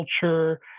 culture